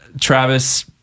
Travis